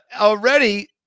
already